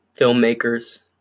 filmmakers